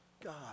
God